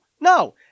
No